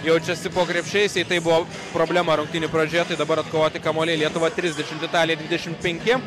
jaučiasi po krepšiais jei tai buvo problema rungtynių pradžioje tai dabar atkovoti kamuoliai lietuva trisdešimt italija dvidešimt penki